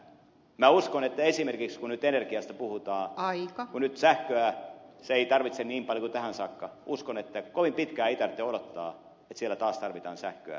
minä uskon kun nyt esimerkiksi energiasta puhutaan kun nyt sähköä se ei tarvitse niin paljon kuin tähän saakka että kovin pitkään ei tarvitse odottaa että siellä taas tarvitaan sähköä vähän enemmän